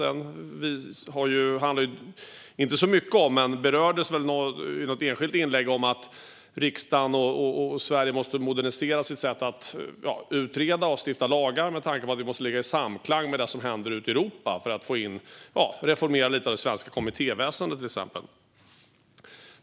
Den handlade inte så mycket om att riksdagen och Sverige måste modernisera sitt sätt att utreda och stifta lagar - men det berördes i något inlägg - med tanke på att vi måste ligga i samklang med det som händer ute i Europa för att reformera till exempel lite av det svenska kommittéväsendet.